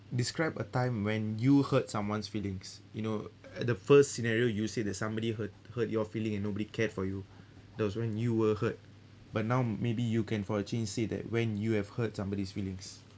describe a time when you hurt someone's feelings you know at the first scenario you said that somebody hurt hurt your feeling and nobody cared for you that was when you were hurt but now maybe you can for a change say that when you have hurt somebody's feelings